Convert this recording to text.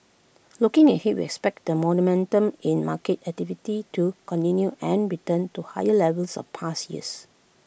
looking ahead we expect the momentum in market activity to continue and return to higher levels of past years